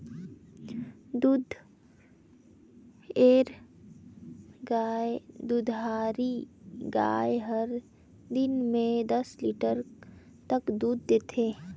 दूधाएर गाय हर दिन में दस लीटर तक दूद देथे